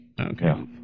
Okay